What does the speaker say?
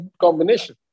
combination